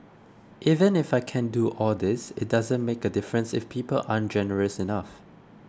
even if I can do all this it doesn't make a difference if people aren't generous enough